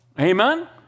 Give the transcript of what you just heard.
Amen